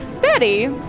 Betty